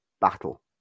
battle